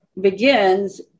begins